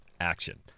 action